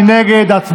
מי נגד?